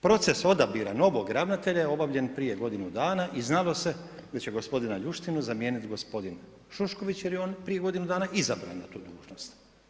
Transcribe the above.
Proces odabira novog ravnatelja je obavljen prije godinu dana i znalo se da će gospodina Ljuštinu zamijeniti gospodin Šušković jer je on prije godinu dana izabran na tu dužnost.